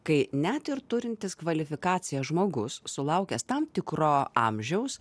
kai net ir turintis kvalifikaciją žmogus sulaukęs tam tikro amžiaus